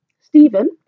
Stephen